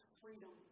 freedom